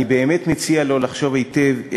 אני באמת מציע לו לחשוב היטב,